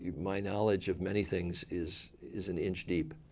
my knowledge of many things is is an inch deep.